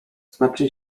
znaczy